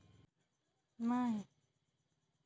Coragen औषध विस litre पंपामंदी किती मिलीमिटर घ्या लागन?